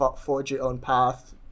forge-your-own-path